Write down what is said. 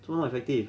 做么 effective